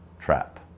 TRAP